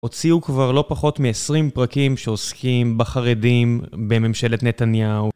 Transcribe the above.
הוציאו כבר לא פחות מ-20 פרקים שעוסקים בחרדים בממשלת נתניהו